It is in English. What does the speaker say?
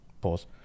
Pause